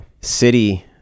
city